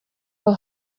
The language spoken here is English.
are